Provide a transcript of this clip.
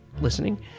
listening